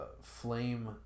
flame